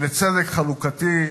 לצדק חלוקתי,